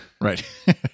Right